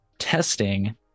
testing